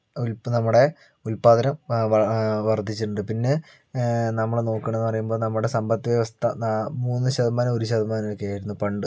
നമ്മുടെ ഉല്പാദനം വർധിച്ചിട്ടുണ്ട് പിന്നെ നമ്മള് നോക്കുകയാണെന്നു പറയുമ്പോൾ നമ്മുടെ സമ്പത്ത് വ്യവസ്ഥ മൂന്ന് ശതമാനം ഒരു ശതമാനം ഒക്കെ ആയിരുന്നു പണ്ട്